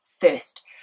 first